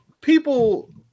people